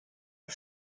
auf